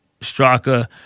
Straka